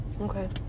Okay